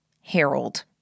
Harold